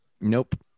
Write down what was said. Nope